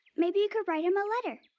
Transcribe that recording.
maybe you could write them a letter.